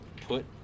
put